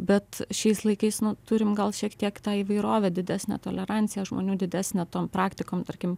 bet šiais laikais turim gal šiek tiek tą įvairovę didesnę toleranciją žmonių didesnę tom praktikom tarkim